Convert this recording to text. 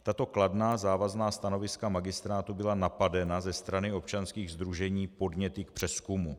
Tato kladná závazná stanoviska magistrátu byla napadena ze strany občanských sdružení podněty k přezkumu.